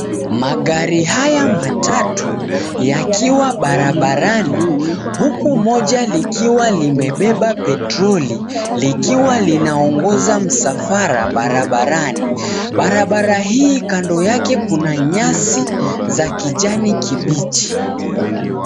Magari haya matatu yakiwa barabarani huku moja likiwa limebeba petroli likiwa linaongoza msafara barabarani. Barabara hii kando yake kuna nyasi za kijani kibichi.